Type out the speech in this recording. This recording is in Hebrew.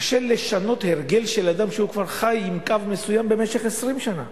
קשה לי לשנות הרגל של אדם שכבר חי עם קו מסוים במשך 20 שנה,